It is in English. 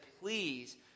please